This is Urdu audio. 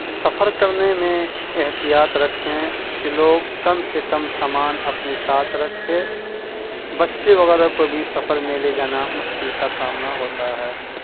سفر کرنے میں احتیاط رکھیں کہ لوگ کم سے کم سامان اپنے ساتھ رکھے بچے وغیرہ کو بھی سفر میں لے جانا مشکل کا سامنا ہوتا ہے